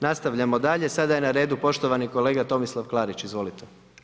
Nastavljamo dalje, sada je na redu poštovani kolega Tomislav Klarić, izvolite.